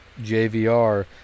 JVR